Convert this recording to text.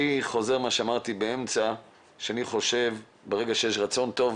אני חוזר על מה שאמרתי במהלך הדיון שאני חושב שברגע שיש רצון טוב,